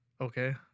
Okay